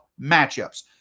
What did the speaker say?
matchups